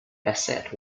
bassett